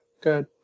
Good